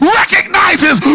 recognizes